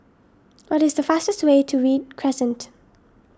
what is the fastest way to Read Crescent